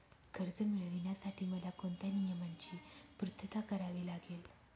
कर्ज मिळविण्यासाठी मला कोणत्या नियमांची पूर्तता करावी लागेल?